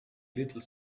little